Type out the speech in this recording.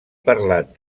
parlat